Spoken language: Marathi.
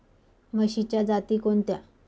म्हशीच्या जाती कोणत्या?